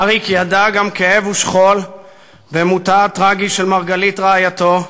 אריק ידע גם כאב ושכול במותה הטרגי של מרגלית רעייתו,